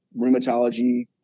rheumatology